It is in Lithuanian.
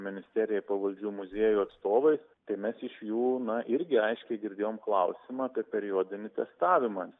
ministerijai pavaldžių muziejų atstovais tai mes iš jų na irgi aiškiai girdėjom klausimą tai periodinį investavimą